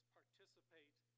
participate